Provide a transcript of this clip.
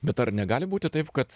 bet ar negali būti taip kad